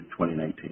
2019